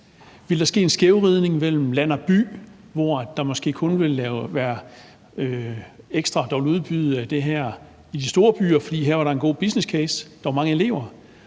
Ville der ske en skævvridning mellem land og by, hvor der måske kun ville være nogle ekstra, der ville udbyde det her i de store byer, fordi der her var en god businesscase – der er jo mange elever